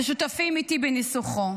ששותפים איתי בניסוחו?